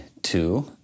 two